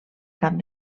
cap